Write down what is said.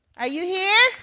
are you here?